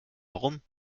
warum